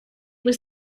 was